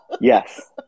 yes